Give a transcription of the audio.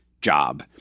Job